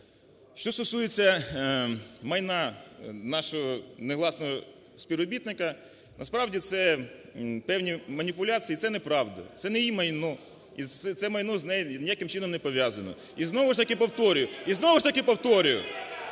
Що стосується майна нашого негласного співробітника. Насправді це певні маніпуляції. Це неправда. Це не її майно. І це майно з нею ніяким чином не пов'язано. І знову ж таки повторюю… (Шум у залі) І знову ж таки повторюю,